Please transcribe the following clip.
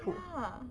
yuck